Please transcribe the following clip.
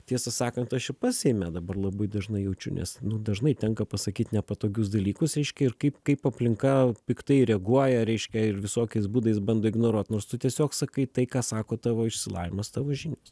tiesą sakant aš ir pats seime dabar labai dažnai jaučiu nes nu dažnai tenka pasakyt nepatogius dalykus reiškia ir kaip kaip aplinka piktai reaguoja reiškia ir visokiais būdais bando ignoruot nors tu tiesiog sakai tai ką sako tavo išsilavinimas tavo žinios